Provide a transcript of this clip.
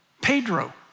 Pedro